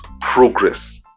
progress